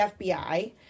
FBI